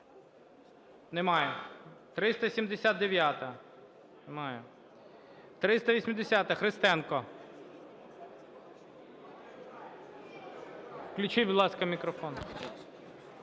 Немає. 379-а. Немає. 380-а, Христенко. Включіть, будь ласка, мікрофон.